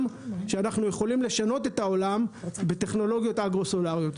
שאנחנו יכולים לשנות את העולם בטכנולוגיות אגרו-סולאריות.